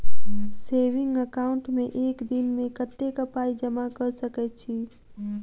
Saving account मे एक दिनमे कतेक पाई जमा कऽ सकैत छी?